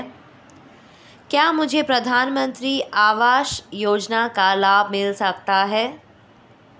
क्या मुझे प्रधानमंत्री आवास योजना का लाभ मिल सकता है?